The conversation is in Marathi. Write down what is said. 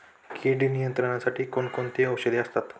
कीड नियंत्रणासाठी कोण कोणती औषधे असतात?